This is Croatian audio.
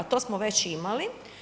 To smo već imali.